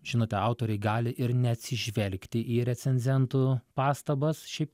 žinote autoriai gali ir neatsižvelgti į recenzentų pastabas šiaip